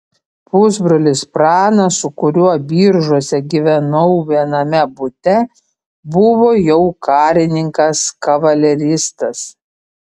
pusbrolis pranas su kuriuo biržuose gyvenau viename bute buvo jau karininkas kavaleristas